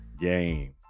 game